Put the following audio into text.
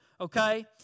okay